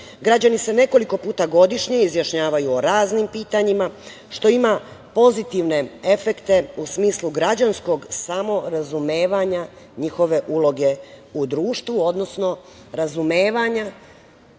Građani se nekoliko puta godišnje izjašnjavaju o raznim pitanjima, što ima pozitivne efekte u smislu građanskog samorazumevanja njihove uloge u društvu, odnosno razumevanja